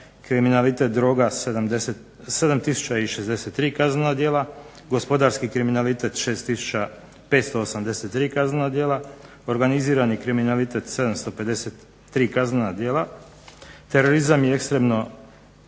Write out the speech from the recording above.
kriminalitet droga 77 tisuća i 63 kaznena djela, gospodarski kriminalitet 6 tisuća 583 kaznena djela, organizirani kriminalitet 753 kaznena djela, terorizam i ekstremno